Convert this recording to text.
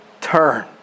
turn